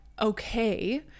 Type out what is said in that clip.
okay